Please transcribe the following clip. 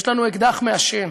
יש לנו אקדח מעשן.